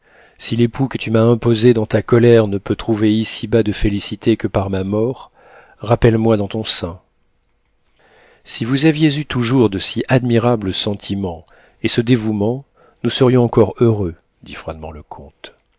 si l'époux que tu m'as imposé dans ta colère ne peut trouver ici-bas de félicité que par ma mort rappelle moi dans ton sein si vous aviez eu toujours de si admirables sentiments et ce dévouement nous serions encore heureux dit froidement le